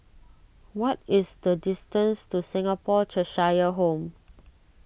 what is the distance to Singapore Cheshire Home